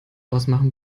ausmachen